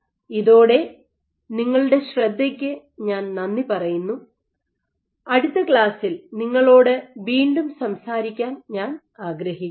ഇതോടെ നിങ്ങളുടെ ശ്രദ്ധയ്ക്ക് ഞാൻ നന്ദി പറയുന്നു അടുത്ത ക്ലാസ്സിൽ നിങ്ങളോട് വീണ്ടും സംസാരിക്കാൻ ഞാൻ ആഗ്രഹിക്കുന്നു